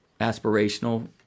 aspirational